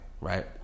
Right